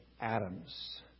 atoms